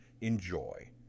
Enjoy